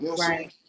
Right